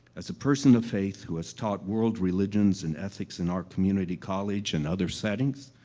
as a person of faith, who has taught world religions and ethics in our community college and other settings,